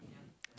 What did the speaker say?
the